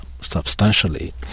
substantially